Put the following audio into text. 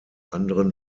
anderen